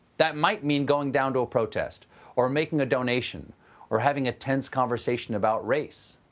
that might mean going down to a protest or making a donation or having a tense conversation about race.